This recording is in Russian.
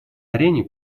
арене